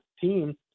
team